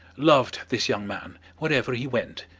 loved this young man wherever he went,